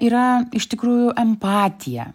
yra iš tikrųjų empatija